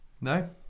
No